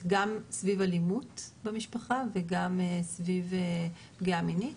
גם סביב אלימות במשפחה וגם סביב פגיעה מינית,